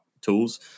tools